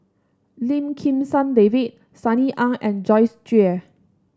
Lim Kim San David Sunny Ang and Joyce Jue